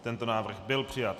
Tento návrh byl přijat.